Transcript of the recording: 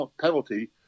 penalty